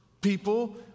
people